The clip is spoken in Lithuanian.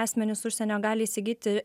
asmenys užsienio gali įsigyti